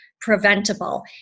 preventable